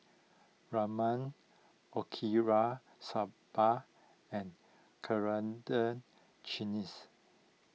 Ramen Okinawa Soba and Coriander Chutneys